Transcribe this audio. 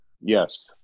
Yes